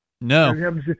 No